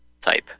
type